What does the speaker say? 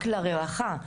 רק לרווחה,